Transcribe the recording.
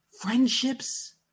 Friendships